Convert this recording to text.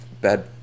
bad